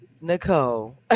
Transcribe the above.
Nicole